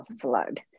flood